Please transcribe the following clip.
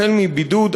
החל מבידוד,